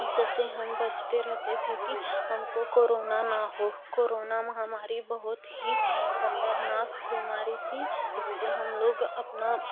इससे हम बचते रहते थे कि हमको कोरोना ना हो कोरोना महामारी बहुत ही खतरनाक बीमारी थी इससे हम लोग अपना